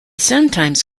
sometimes